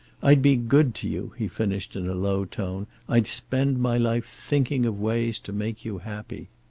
i'd be good to you, he finished, in a low tone. i'd spend my life thinking of ways to make you happy.